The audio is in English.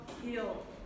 heal